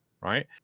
Right